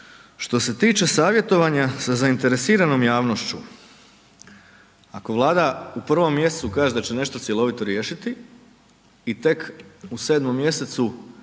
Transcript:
što se tiče savjetovanja sa zainteresiranom javnošću, ako Vlada u prvom mjesecu kaže da će nešto cjelovito riješiti i tek u 7. mj.